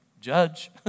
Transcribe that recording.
judge